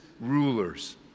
rulers